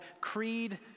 creed